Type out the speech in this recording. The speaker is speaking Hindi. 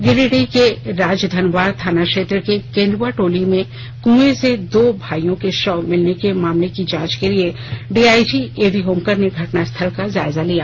गिरिडीह के राजधनवार थाना क्षेत्र के केंद्आटोली में क्एं से दो भाइयों के शव मिलने के मामले की जांच के लिए डीआईजी एवी होमकर घटनास्थल का जायजा लिया